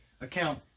account